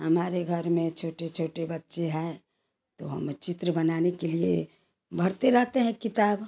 हमारे घर में छोटे छोटे बच्चे हैं तो हमें चित्र बनाने के लिए भरते रहते हैं किताब